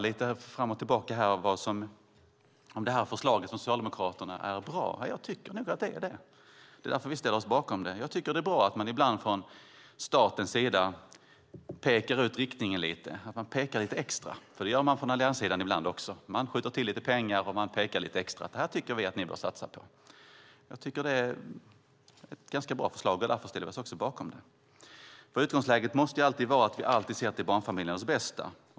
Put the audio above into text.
Lite fram och tillbaka har här diskuterats om Socialdemokraternas förslag är bra. Jag tycker nog att det är det. Därför ställer vi sverigedemokrater oss bakom det. Det är bra att riktningen ibland lite grann pekas ut från statens sida, att det pekas lite extra. Det gör man ibland också från allianssidan. Man skjuter till lite pengar och pekar lite extra: Det här tycker vi att ni bör satsa på. Förslaget är ganska bra. Därför ställer vi oss, som sagt, bakom det. Utgångsläget måste vara att vi alltid ser till barnfamiljernas bästa.